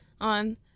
on